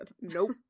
Nope